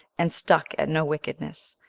and stuck at no wickedness.